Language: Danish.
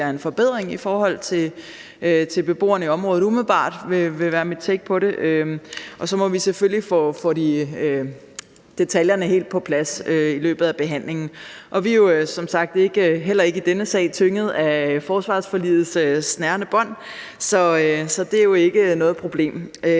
det er en forbedring for beboerne i området. Det vil umiddelbart være mit take på det. Så må vi selvfølgelig få detaljerne helt på plads i løbet af behandlingen. Og vi er jo som sagt heller ikke i denne sag tynget af forsvarsforligets snærende bånd, så det er ikke noget problem